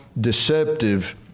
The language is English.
deceptive